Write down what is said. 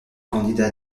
candidat